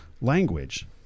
language